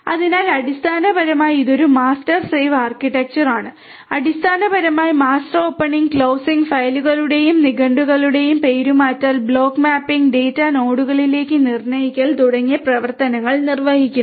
അതിനാൽ അടിസ്ഥാനപരമായി ഇത് ഒരു മാസ്റ്റർ സ്ലേവ് ആർക്കിടെക്ചർ ആണ് അടിസ്ഥാനപരമായി മാസ്റ്റർ ഓപ്പണിംഗ് ക്ലോസിംഗ് ഫയലുകളുടെയും നിഘണ്ടുക്കളുടെയും പേരുമാറ്റൽ ബ്ലോക്ക് മാപ്പിംഗ് ഡാറ്റ നോഡുകളിലേക്ക് നിർണയിക്കൽ തുടങ്ങിയ പ്രവർത്തനങ്ങൾ നിർവ്വഹിക്കുന്നു